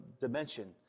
dimension